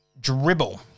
Dribble